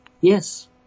Yes